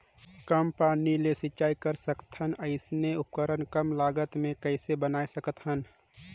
कम पानी ले सिंचाई कर सकथन अइसने उपकरण कम लागत मे कइसे बनाय सकत हन?